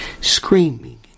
screaming